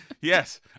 Yes